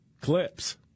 clips